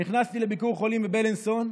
נכנסתי לביקור חולים בבילינסון,